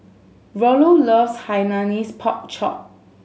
Rollo loves Hainanese Pork Chop